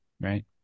Right